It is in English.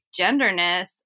genderness